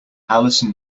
allison